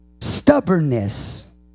stubbornness